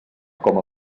com